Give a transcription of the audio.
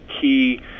key